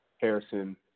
Harrison